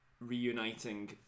reuniting